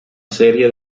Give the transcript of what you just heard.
serie